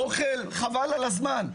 אוכל חבל על הזמן.